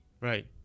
Right